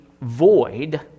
void